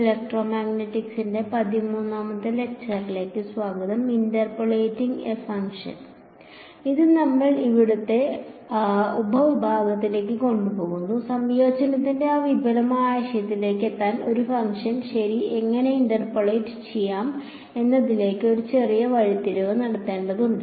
ഇത് നമ്മളെ അടുത്ത ഉപവിഭാഗത്തിലേക്ക് കൊണ്ടുപോകുന്നു സംയോജനത്തിന്റെ ആ വിപുലമായ ആശയത്തിലേക്ക് എത്താൻ ഒരു ഫംഗ്ഷൻ ശരി എങ്ങനെ ഇന്റർപോളേറ്റ് ചെയ്യാം എന്നതിലേക്ക് ഒരു ചെറിയ വഴിത്തിരിവ് നടത്തേണ്ടതുണ്ട്